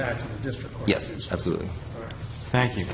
this yes absolutely thank you